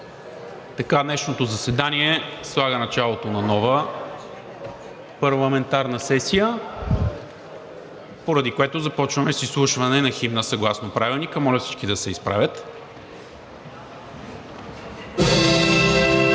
Днешното заседание слага началото на нова парламентарна сесия, поради което започваме с изслушване на химна съгласно Правилника. Моля всички да се изправят.